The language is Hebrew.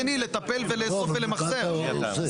וזה שיתוף פעולה של האזרחים וגם הזמינות.